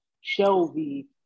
Shelby